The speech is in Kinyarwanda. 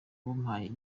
pompaje